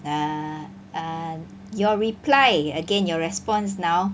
err err your reply again your response now